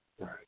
Right